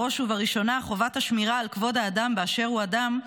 בראש ובראשונה חובת השמירה על כבוד האדם באשר הוא אדם,